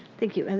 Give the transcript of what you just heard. thank you. and